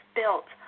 built